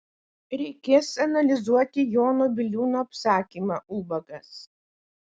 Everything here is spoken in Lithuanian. reikės analizuoti jono biliūno apsakymą ubagas